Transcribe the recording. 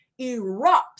erupts